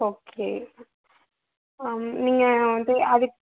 okay நீங்கள் வந்து அதுக்